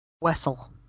Wessel